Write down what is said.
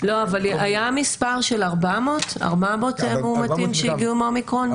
--- היה מספר של 400 מאומתים שהגיעו עם אומיקרון.